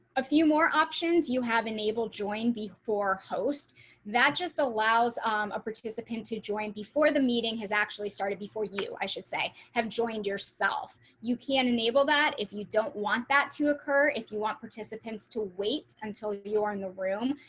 a few more options you have enabled join before host that just allows shari beck um a participant to join before the meeting has actually started before you, i should say, have joined yourself you can enable that if you don't want that to occur if you want participants to wait until you're in the room,